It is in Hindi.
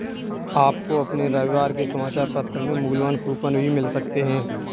आपको अपने रविवार के समाचार पत्र में मूल्यवान कूपन भी मिल सकते हैं